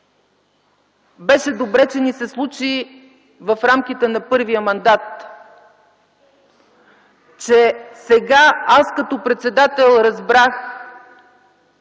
беше добре, че ни се случи в рамките на първия мандат, че сега аз като председател разбрах,